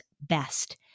best